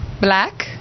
Black